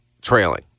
Trailing